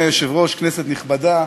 אדוני היושב-ראש, כנסת נכבדה,